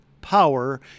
power